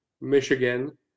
Michigan